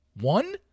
One